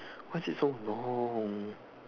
why is it so long